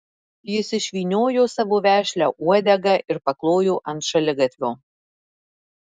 jis išvyniojo savo vešlią uodegą ir paklojo ant šaligatvio